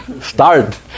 start